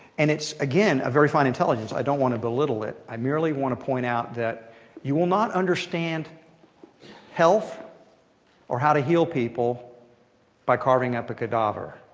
and it's again, a very fine intelligence. i don't want to belittle it. i merely want to point out that you will not understand health or how to heal people by carving up a cadaver.